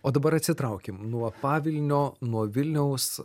o dabar atsitraukim nuo pavilnio nuo vilniaus